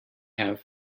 have